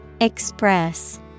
express